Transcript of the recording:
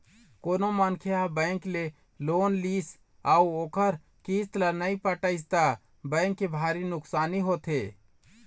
कोनो मनखे ह बेंक ले लोन लिस अउ ओखर किस्त ल नइ पटइस त बेंक के भारी नुकसानी होथे